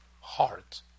heart